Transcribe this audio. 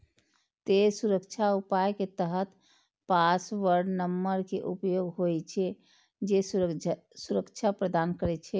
तें सुरक्षा उपाय के तहत पासवर्ड नंबर के उपयोग होइ छै, जे सुरक्षा प्रदान करै छै